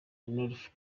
north